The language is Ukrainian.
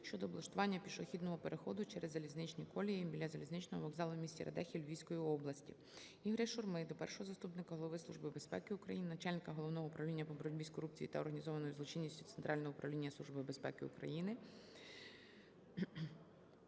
щодо облаштування пішохідного переходу через залізничні колії біля залізничного вокзалу у місті Радехів Львівської області. Ігоря Шурми до першого заступника Голови Служби безпеки України - начальника Головного управління по боротьбі з корупцією та організованою злочинністю Центрального управління Служби безпеки України